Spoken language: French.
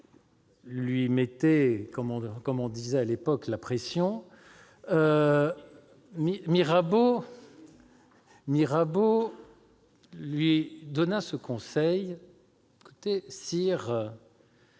lui mettaient, comme on disait à l'époque, « la pression », Mirabeau lui donna le conseil d'en